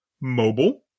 mobile